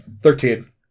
Thirteen